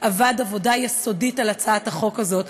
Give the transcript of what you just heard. עבד עבודה יסודית על הצעת החוק הזאת,